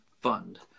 fund